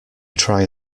try